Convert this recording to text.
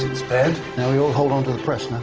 dead. now we all hold on to the press.